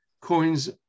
coins